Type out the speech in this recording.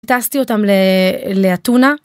הטסתי אותם לאתונה.